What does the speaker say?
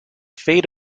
fate